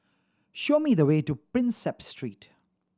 show me the way to Prinsep Street